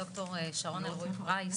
הד"ר שרון אלרעי פרייס,